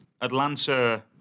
Atlanta